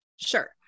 Sure